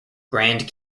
grand